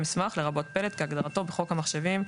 "מסמך" לרבות פלט כהגדרתו בחוק המחשבים,